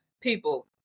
people